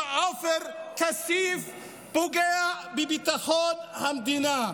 שעופר כסיף פוגע בביטחון המדינה.